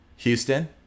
Houston